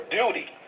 duty